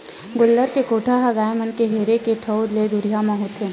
गोल्लर के कोठा ह गाय मन के रेहे के ठउर ले दुरिया म होथे